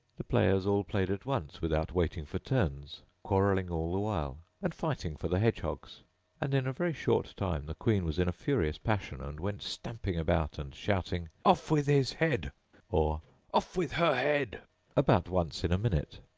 the players all played at once without waiting for turns, quarrelling all the while, and fighting for the hedgehogs and in a very short time the queen was in a furious passion, and went stamping about, and shouting off with his head or off with her head about once in a minute.